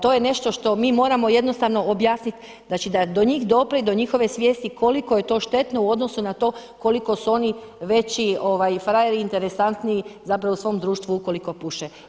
To je nešto što mi moramo jednostavno objasniti, znači da do njih dopre i do njihove svijesti koliko je to štetno u odnosu na to koliko su oni veći frajeri i interesantniji zapravo u svom društvu ukoliko puše.